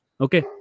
Okay